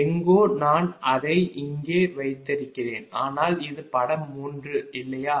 எங்கோ நான் அதை இங்கே வைத்திருக்கிறேன் ஆனால் இது படம் 3 இல்லையா